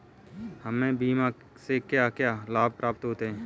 हमें बीमा से क्या क्या लाभ प्राप्त होते हैं?